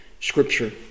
Scripture